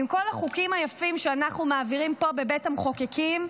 עם כל החוקים היפים שאנחנו מעבירים פה בבית המחוקקים,